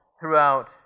throughout